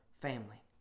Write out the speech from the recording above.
family